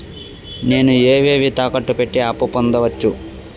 నేను ఏవేవి తాకట్టు పెట్టి అప్పు పొందవచ్చు?